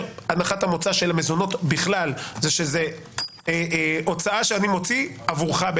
הנחת המוצא של המזונות בכלל היא שזה הוצאה שאני מוציא עבורך.